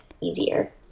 easier